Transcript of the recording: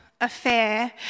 affair